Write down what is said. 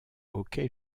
hockey